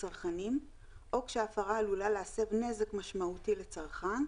צרכנים או כשההפרה עלולה להסב נזק משמעותי לצרכן,